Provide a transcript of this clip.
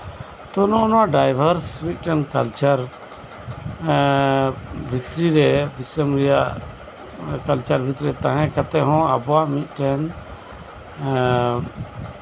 ᱛᱚ ᱱᱚᱜᱼᱚ ᱱᱚᱣᱟ ᱰᱟᱭᱵᱷᱟᱨᱥ ᱠᱟᱞᱪᱟᱨ ᱢᱤᱫᱴᱮᱱ ᱮᱸᱜ ᱵᱷᱤᱛᱨᱤ ᱨᱮ ᱫᱤᱥᱚᱢ ᱨᱮᱭᱟᱜ ᱢᱟᱱᱮ ᱠᱟᱞᱪᱟᱨ ᱵᱷᱤᱛᱨᱤ ᱨᱮ ᱛᱟᱦᱮᱸ ᱠᱟᱛᱮ ᱦᱚᱸ ᱟᱵᱚᱣᱟᱜ ᱢᱤᱫᱴᱮᱱ ᱮᱸᱜ